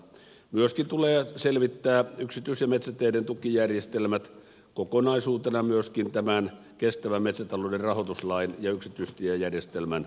myöskin tulee selvittää yksityis ja metsäteiden tukijärjestelmät kokonaisuutena kestävän metsätalouden rahoituslain ja yksityistiejärjestelmän yhteensovituksessa